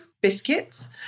biscuits